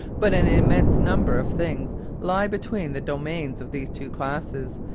but an immense number of things lie between the domains of these two classes,